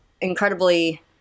incredibly